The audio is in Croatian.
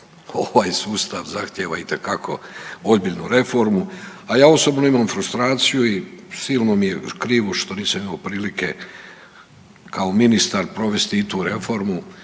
ovaj sustav zahtjeva itekako ozbiljnu reformu, a ja osobno imam frustraciju i silno mi je krivo što nisam imao prilike kao ministar provesti i tu reformu